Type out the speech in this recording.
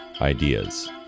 ideas